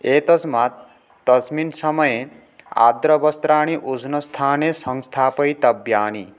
एतस्मात् तस्मिन् समये आर्द्रवस्त्राणि उष्णस्थाने संस्थापयितव्यानि